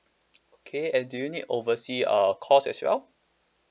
okay and do you need overseas uh calls as well